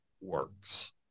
works